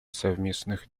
совместных